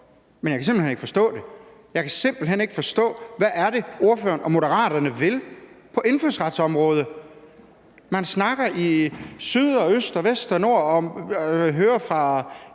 men jeg kan simpelt hen ikke forstå det. Jeg kan simpelt hen ikke forstå, hvad det er, ordføreren og Moderaterne vil på indfødsretsområdet. Man snakker i syd og nord, øst og vest og hører fra